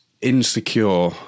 insecure